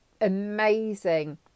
amazing